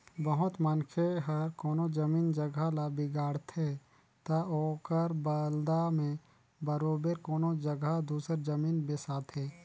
बहुत मनखे हर कोनो जमीन जगहा ल बिगाड़थे ता ओकर बलदा में बरोबेर कोनो जगहा दूसर जमीन बेसाथे